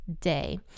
day